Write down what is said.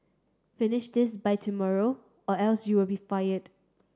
finish this by tomorrow or else you'll be fired